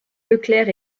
leclerc